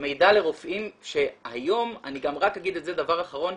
מידע לרופאים שהיום אני רק אגיד דבר אחרון,